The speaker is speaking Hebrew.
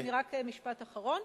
רק משפט אחרון.